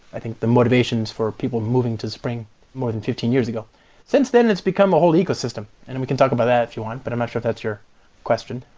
i think, the motivations for people moving to spring more than fifteen years ago since then, it's become a whole ecosystem, and we can talk about that if you want, but i'm not sure if that's your question.